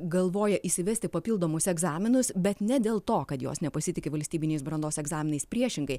galvoja įsivesti papildomus egzaminus bet ne dėl to kad jos nepasitiki valstybiniais brandos egzaminais priešingai